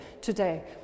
today